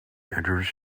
enters